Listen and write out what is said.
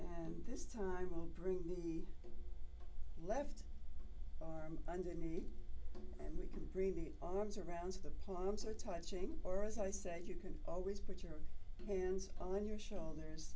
and this time home bring the left arm underneath and we can bring the arms around the palms are touching or as i said you can always put your hands on your shoulders